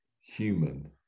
human